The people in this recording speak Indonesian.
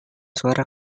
suara